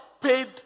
paid